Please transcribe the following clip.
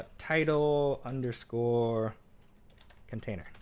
title underscore container.